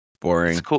Boring